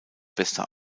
bester